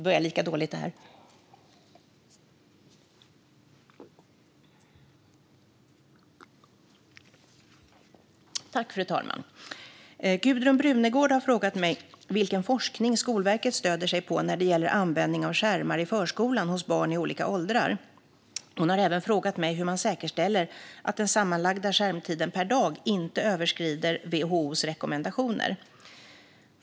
Fru talman! har frågat mig vilken forskning Skolverket stöder sig på när det gäller användning av skärmar i förskolan hos barn i olika åldrar. Hon har även frågat mig hur man säkerställer att den sammanlagda skärmtiden per dag inte överskrider WHO:s rekommendationer.